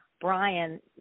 Brian